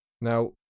Now